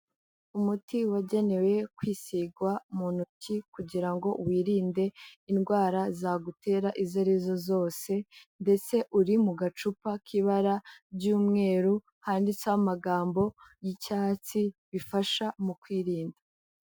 Umuti wagenewe kwisigagwa mu ntoki kugira ngo wirinde indwara zagutera izo arizo zose ndetse, uri mu gacupa k'ibara ry'umweru handitseho amagambo y'icyatsi bifasha mu kwirinda.